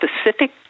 specific